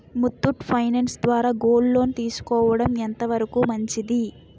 Muthoot finance ద్వారా gold loan తీసుకోవడం ఎంత వరకు మంచిది?